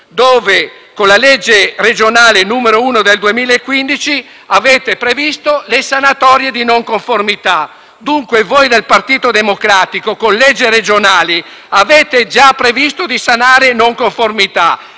dove, con legge regionale 21 gennaio 2015, n. 1, avete previsto le sanatorie di non conformità. Dunque, voi del Partito Democratico, con leggi regionali, avete già previsto di sanare in non conformità.